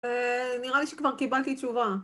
נראה לי שכבר קיבלתי תשובה